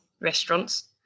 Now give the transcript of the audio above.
restaurants